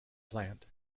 plant